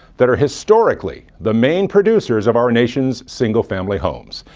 that are historically the main producers of our nation's single-family homes.